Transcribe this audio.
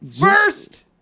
First